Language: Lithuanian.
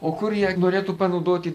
o kur jie norėtų panaudoti